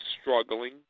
struggling